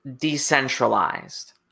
decentralized